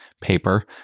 paper